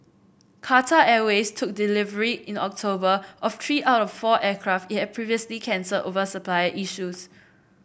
Qatar Airways took delivery in October of three out of four aircraft it had previously cancelled over supplier issues